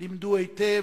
למדו היטב,